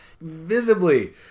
Visibly